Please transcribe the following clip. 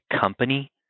company